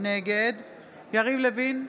נגד יריב לוין,